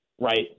right